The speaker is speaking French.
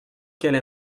qu’elle